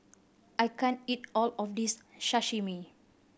I can't eat all of this Sashimi